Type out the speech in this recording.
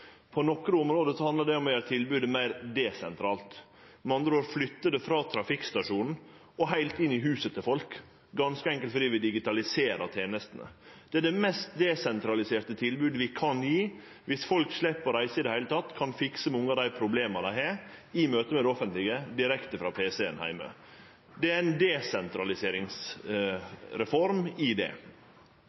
På nokre område handlar det om å gjere tilbodet meir desentralt, med andre ord flytte det frå trafikkstasjonen og heilt inn i huset til folk, ganske enkelt fordi vi digitaliserer tenestene. Det er det mest desentraliserte tilbodet vi kan gje – viss folk slepp å reise i det heile og kan fikse mange av dei problema dei har, i møte med det offentlege direkte frå pc-en heime, er det ei desentraliseringsreform i det.